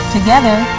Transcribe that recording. Together